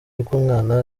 rw’umwana